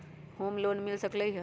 Home loan मिल सकलइ ह?